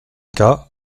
cas